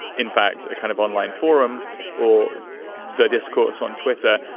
in fact, a kind of online forum or the discourse on twitter.